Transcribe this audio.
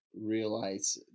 realize